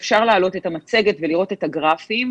אפשר להעלות את המצגת ולראות את הגרפים,